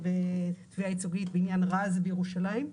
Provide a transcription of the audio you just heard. ותביעה ייצוגית בעניין רז בירושלים.